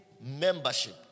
membership